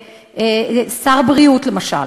שר הבריאות למשל.